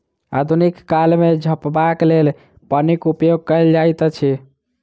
आधुनिक काल मे झपबाक लेल पन्नीक उपयोग कयल जाइत अछि